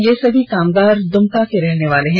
ये समी कामगार द्मका के रहने वाले हैं